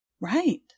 right